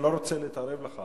אני לא רוצה להתערב לך,